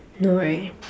no right